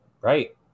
Right